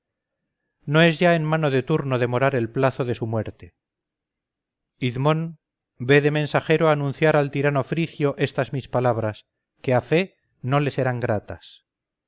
no es ya en mano de turno demorar el plazo de su muerte idmón ve de mensajero a anunciar al tirano frigio estas mis palabras que a fe no le serán gratas